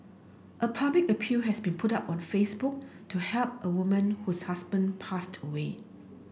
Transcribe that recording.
a public appeal has been put up on Facebook to help a woman whose husband passed away